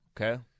Okay